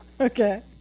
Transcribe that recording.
Okay